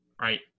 right